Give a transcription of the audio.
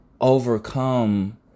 overcome